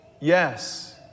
Yes